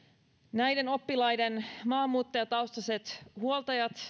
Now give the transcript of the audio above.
näiden oppilaiden maahanmuuttajataustaiset huoltajat